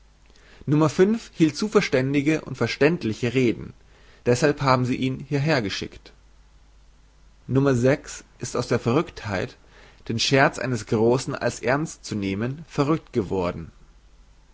no hielt zu verständige und verständliche reden deshalb haben sie ihn hierher geschickt no ist aus der verrüktheit den scherz eines großen als ernst zu nehmen verrükt geworden